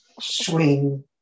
swing